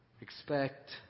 expect